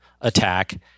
attack